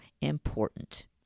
important